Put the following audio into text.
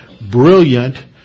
brilliant